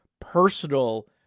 personal